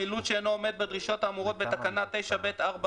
מלול שאינו עומד בדרישות האמורות בתקנה 9(ב)(4)(ב)